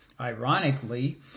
Ironically